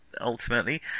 ultimately